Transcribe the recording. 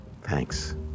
Thanks